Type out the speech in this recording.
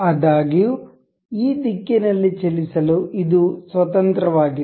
ಆದಾಗ್ಯೂ ಈ ದಿಕ್ಕಿನಲ್ಲಿ ಚಲಿಸಲು ಇದು ಸ್ವತಂತ್ರವಾಗಿದೆ